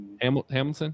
Hamilton